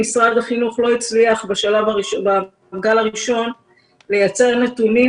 משרד החינוך לא הצליח בגל הראשון לייצר נתונים,